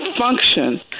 function